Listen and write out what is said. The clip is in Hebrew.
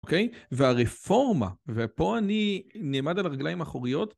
אוקיי? והרפורמה, ופה אני נעמד על הרגליים האחוריות.